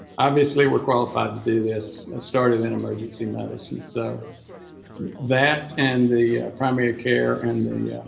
obviously we're qualified to do this started in emergency medicine so that and the primary care and the